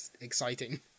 exciting